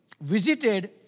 visited